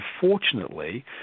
Unfortunately